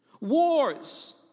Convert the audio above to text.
wars